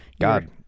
God